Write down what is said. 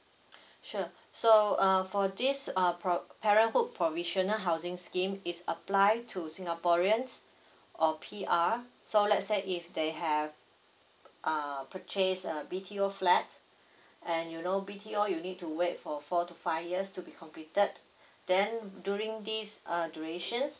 sure so uh for this uh pro~ parenthood provisional housing scheme is apply to singaporeans or P_R so let's say if they have uh purchase a B_T_O flats and you know B_T_O you need to wait for four to five years to be completed then during this uh durations